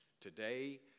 Today